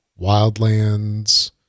wildlands